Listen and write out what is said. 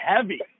heavy